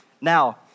Now